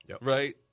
right